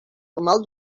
formal